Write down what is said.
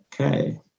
Okay